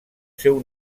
seu